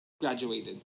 graduated